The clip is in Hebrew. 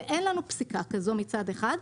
ואין לנו פסיקה כזו מצד אחד,